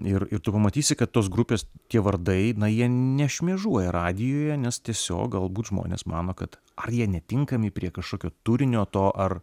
ir ir tu pamatysi kad tos grupės tie vardai na jie nešmėžuoja radijuje nes tiesiog galbūt žmonės mano kad ar jie netinkami prie kažkokio turinio to ar